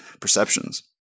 perceptions